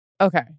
okay